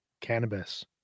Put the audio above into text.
Cannabis